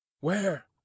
Where